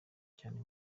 cyane